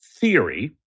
theory